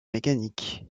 mécanique